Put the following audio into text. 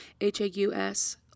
H-A-U-S